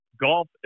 golf